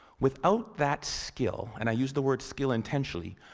without that skill, and i use the word skill intentionally,